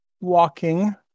walking